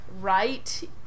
right